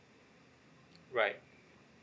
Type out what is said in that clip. right